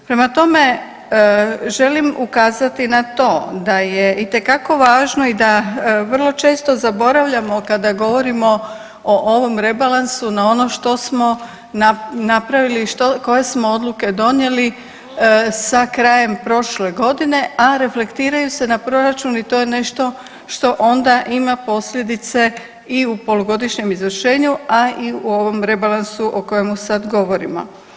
Prema tome, želim ukazati na to da je itekako važno i da vrlo često zaboravljamo kada govorimo o ovom rebalansu na ono što smo napravili i koje smo odluke donijeli sa krajem prošle godine, a reflektiraju se na proračun i to je nešto što onda ima posljedice i u polugodišnjem izvršenju, a i u ovom rebalansu o kojemu sad govorimo.